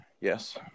yes